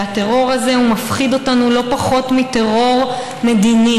והטרור הזה מפחיד אותנו לא פחות מטרור מדיני.